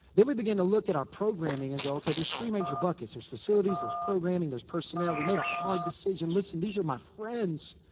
then we began to look at our programming. and go okay. there's three major buckets. there's facilities. there's programming. there's personnel we made a hard decision. listen, these were my friends.